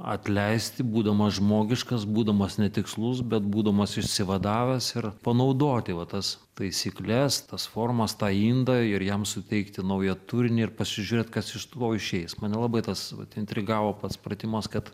atleisti būdamas žmogiškas būdamas netikslus bet būdamas išsivadavęs ir panaudoti va tas taisykles tas formas tą indą ir jam suteikti naują turinį ir pasižiūrėt kas iš to išeis mane labai tas vat intrigavo pats pratimas kad